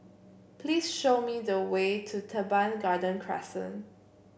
please show me the way to Teban Garden Crescent